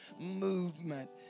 movement